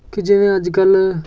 ਕਿ ਜਿਵੇਂ ਅੱਜ ਕੱਲ੍ਹ